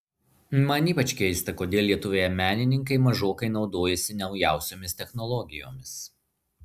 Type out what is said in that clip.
man ypač keista kodėl lietuvoje menininkai mažokai naudojasi naujausiomis technologijomis